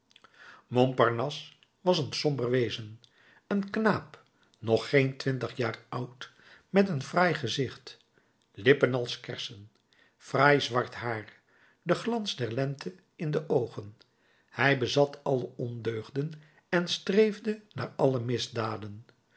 montparnasse was een somber wezen een knaap nog geen twintig jaar oud met een fraai gezicht lippen als kersen fraai zwart haar den glans der lente in de oogen hij bezat alle ondeugden en streefde naar alle misdaden